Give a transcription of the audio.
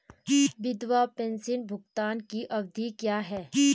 विधवा पेंशन भुगतान की अवधि क्या है?